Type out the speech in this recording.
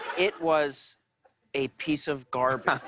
it was a piece of garbage.